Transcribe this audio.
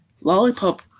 Lollipop